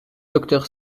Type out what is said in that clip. docteur